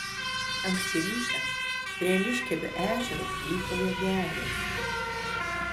anksti rytą prie liškiavio ežero klykauja gervės